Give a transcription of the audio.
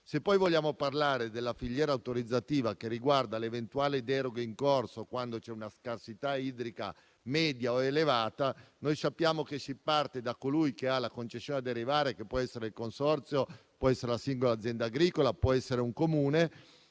Se poi vogliamo parlare della filiera autorizzativa che riguarda l'eventuale deroga in corso, quando c'è una scarsità idrica media o elevata, sappiamo che si parte da colui che ha la concessione di derivazione che può essere il consorzio, può essere la singola azienda agricola o può essere un Comune,